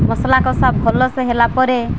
ମସଲା କଷା ଭଲସେ ହେଲା ପରେ